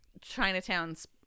Chinatown's